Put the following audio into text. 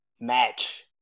match